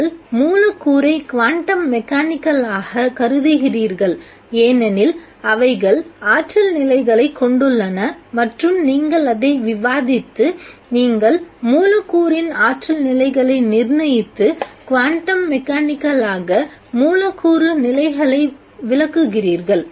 நீங்கள் மூலக்கூறை குவாண்டம் மெக்கானிக்கலாக கருதுகிறீர்கள் ஏனெனில் அவைகள் ஆற்றல் நிலைகளைக் கொண்டுள்ளன மற்றும் நீங்கள் அதை விவாதித்து நீங்கள் மூலக்கூறின் ஆற்றல் நிலைகளை நிர்ணயித்து குவாண்டம் மெக்கானிக்கலாக மூலக்கூறு நிலைகளை விளக்குகிறீர்கள்